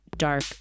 dark